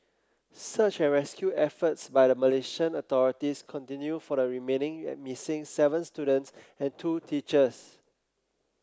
search and rescue efforts by the Malaysian authorities continue for the remaining missing seven students and two teachers